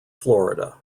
florida